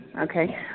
Okay